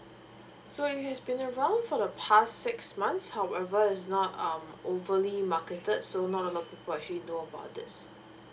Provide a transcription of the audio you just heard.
so it has been around for the past six months however it's not um overly marketed so not a lot of people actually know about this